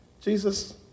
Jesus